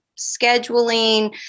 scheduling